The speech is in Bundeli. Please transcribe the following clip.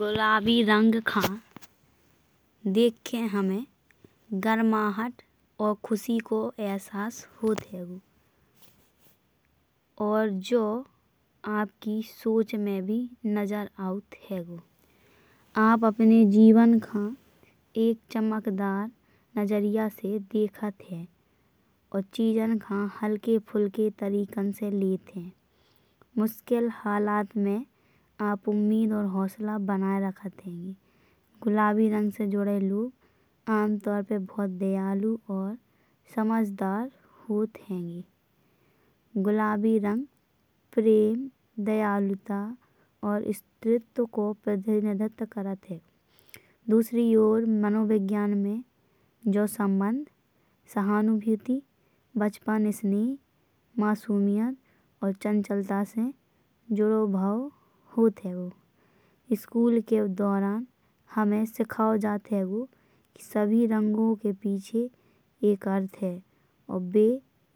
गुलाबी रंग का देखके हमें गर्माहट और खुशी को अहसास होत हइंगो। और जो आपकी सोच में भी नजर आउट्ट हइंगो। आप अपने जीवन का एक चमकदार नजरिया से देखत है। और चीज़न का हलके फुलके तरीकेन से लेत है। मुश्किल हालात में आप उम्मीद अउर हौसला बनाए रखत हइंगे। गुलाबी रंग से जुड़े लोग आमतौर पे बहुत दयालु और समझदार होत हइंगे। गुलाबी रंग प्रेम दयालुता और स्त्रित्व को प्रतिनिधित्व करत हइंगो। दूसरी और मनोविज्ञान में जो संबंध सहानुभूति बचपन स्नेह मासूमियत। और चंचलता से जुड़ो भाव होत हइंगो। स्कूल के दउरान हमें सिखाओ जात हइंगो। कि सभी रंगो के पीछे एक अर्थ है और बे